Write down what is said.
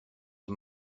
and